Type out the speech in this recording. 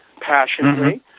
passionately